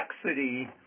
complexity